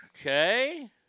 Okay